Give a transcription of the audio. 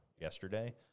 yesterday